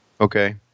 okay